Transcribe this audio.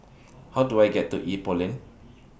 How Do I get to Ipoh Lane